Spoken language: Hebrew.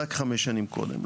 רק חמש שנים קודם.